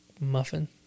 muffin